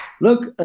Look